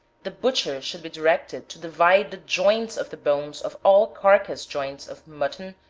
the butcher should be directed to divide the joints of the bones of all carcass joints of mutton,